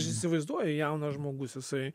aš įsivaizduoju jaunas žmogus jisai